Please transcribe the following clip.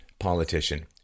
politician